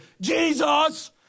Jesus